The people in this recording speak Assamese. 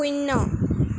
শূন্য